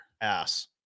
Ass